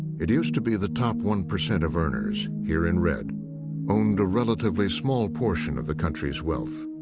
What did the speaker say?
it used to be the top one percent of earners here in red owned a relatively small portion of the country's wealth.